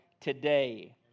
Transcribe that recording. today